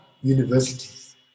universities